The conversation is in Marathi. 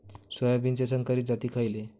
सोयाबीनचे संकरित जाती खयले?